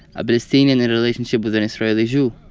a palestinian in a relationship with an israeli jew.